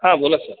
हां बोला सर